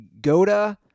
Gota